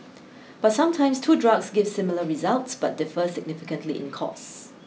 but sometimes two drugs give similar results but differ significantly in costs